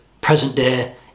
present-day